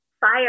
fire